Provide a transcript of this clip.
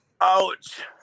Ouch